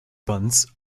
buns